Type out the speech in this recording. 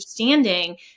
understanding